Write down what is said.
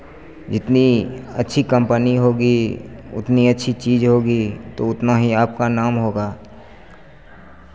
जितनी अच्छी कम्पनी होगी उतनी अच्छी चीज़ होगी तो उतना ही आपका नाम होगा